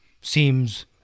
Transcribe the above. seems